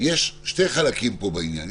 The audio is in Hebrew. יש שני חלקים פה בעניין,